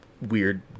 weird